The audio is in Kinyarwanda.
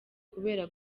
kubera